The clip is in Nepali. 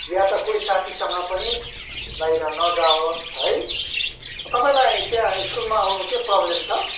या त कोही साथीसँग पनि बाहिर नजावोस् है तपाईँलाई त्यहाँ स्कुलमा आउनु केही प्रोब्लम छ